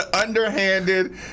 underhanded